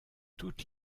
toutes